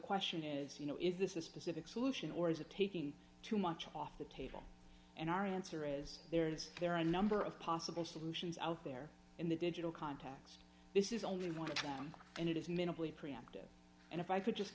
question is you know is this a specific solution or is it taking too much off the table and our answer is there is there are a number of possible solutions out there in the digital contacts this is only one to try and it is minimally preemptive and if i could just